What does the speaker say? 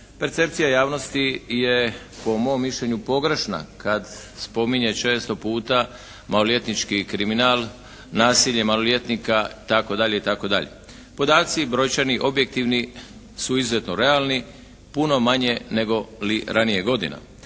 percepcija javnosti je po mom mišljenju pogrešna kad spominje često puta maloljetnički kriminal, nasilje maloljetnika itd., itd. Podaci brojčani objektivni su izuzetno realni, puno manje nego li ranije godina,